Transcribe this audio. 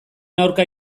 aurka